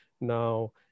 Now